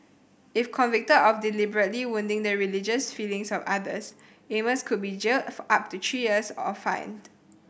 if convicted of deliberately wounding the religious feelings of others Amos could be jailed up to three years or fined